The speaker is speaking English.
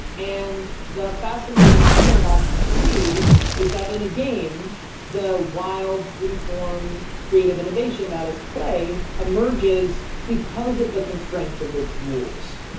and the fascinating paradox for me is that in a game the wild, free-form, creative innovation that is play emerges because of the constraints of the rules.